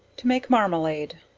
to make marmalade.